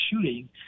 shooting